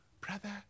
Brother